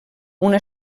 una